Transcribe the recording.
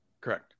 Correct